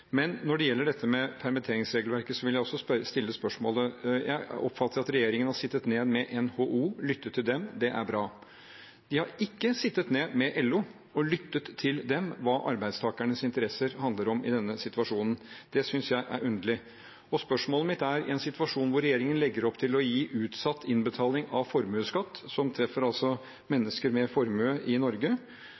Jeg oppfatter at regjeringen har satt seg ned med NHO og lyttet til dem, og det er bra. De har ikke satt seg ned med LO og lyttet til dem om hva arbeidstakernes interesser handler om i denne situasjonen. Det synes jeg er underlig. Spørsmålet mitt er: I en situasjon der regjeringen legger opp til å gi utsatt innbetaling av formuesskatt, som treffer mennesker med formue i Norge,